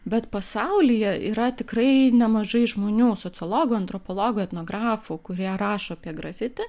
bet pasaulyje yra tikrai nemažai žmonių sociologų antropologų etnografų kurie rašo apie grafiti